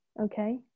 Okay